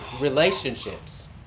relationships